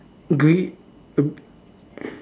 gre~ uh